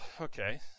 okay